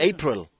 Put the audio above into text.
April